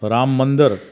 राम मंदरु